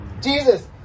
Jesus